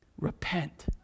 Repent